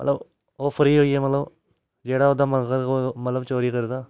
मतलब ओह् फ्री होइयै मतलब जेह्ड़ा ओह्दा मकसद होऐ मतलब चोरी करदा